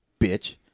bitch